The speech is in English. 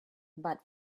but